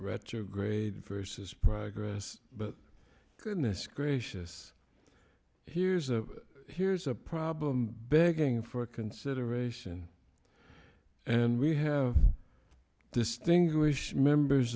retrograde versus progress but goodness gracious here's a here's a problem begging for consideration and we have distinguished members